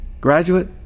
Graduate